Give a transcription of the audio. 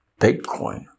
Bitcoin